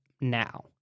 now